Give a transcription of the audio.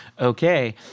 okay